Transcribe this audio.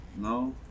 No